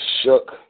shook